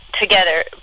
together